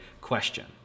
question